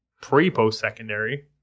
pre-post-secondary